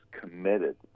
committed